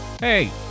hey